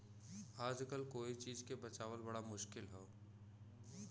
आजकल कोई चीज के बचावल बड़ा मुश्किल हौ